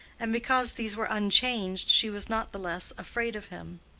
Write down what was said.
and because these were unchanged she was not the less afraid of him.